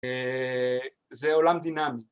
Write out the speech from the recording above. זה עולם דינאמי